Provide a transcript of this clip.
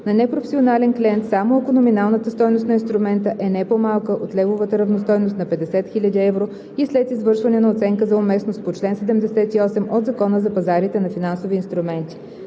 на непрофесионален клиент само ако номиналната стойност на инструмента е не по-малка от левовата равностойност на 50 000 евро и след извършване на оценка за уместност по чл. 78 от Закона за пазарите на финансови инструменти.“